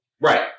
Right